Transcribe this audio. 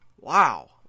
wow